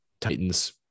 Titans